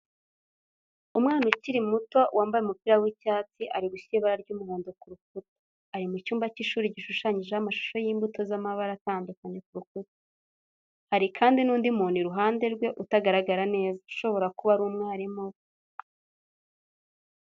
Umwana ukiri muto wambaye umupira w'icyatsi ari gushyira ibara ry'umuhondo ku rukuta. Ari mu cyumba cy'ishuri gishushanyijeho amashusho y'imbuto z'amabara atandukanye ku rukuta. Hari kandi n'undi muntu iruhande rwe utagaragara neza, ushobora kuba ari umwarimu we.